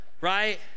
right